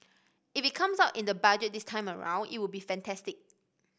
if it comes out in the Budget this time around it would be fantastic